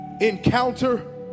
encounter